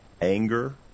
anger